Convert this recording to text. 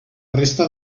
resta